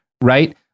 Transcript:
right